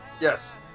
Yes